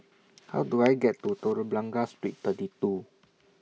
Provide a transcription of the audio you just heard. How Do I get to Telok Blangah Street thirty two